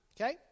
okay